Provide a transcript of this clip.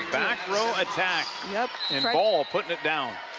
back row attack yeah and bahl putting it down.